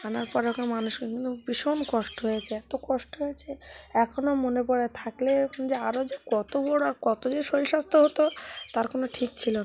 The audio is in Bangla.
আনার পর ওকে মানুষ ভীষণ কষ্ট হয়েছে এত কষ্ট হয়েছে এখনও মনে পড়ে থাকলে যে আরও যে কত বড় আর কত যে শরীর স্বাস্থ্য হতো তার কোনও ঠিক ছিল না